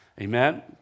Amen